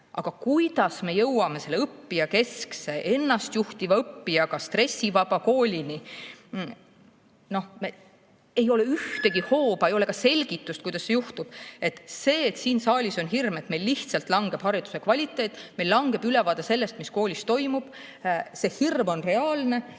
aga kuidas me jõuame õppijakeskse, ennastjuhtiva õppijaga stressivaba koolini? Ei ole ühtegi hooba, ei ole ka selgitust, kuidas see juhtub. See hirm siin saalis, et meil lihtsalt langeb hariduse kvaliteet, meil [ei ole] ülevaadet sellest, mis koolis toimub, on reaalne,